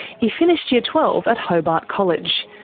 he finished year twelve at hobart college,